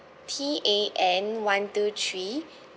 T A N one two three